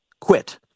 quit